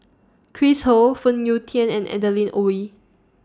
Chris Ho Phoon Yew Tien and Adeline Ooi